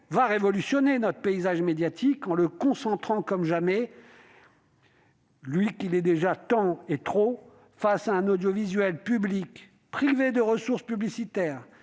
révolutionner notre paysage médiatique en le concentrant comme jamais, lui qui l'est déjà tant et trop, face à un audiovisuel public privé de recettes publicitaires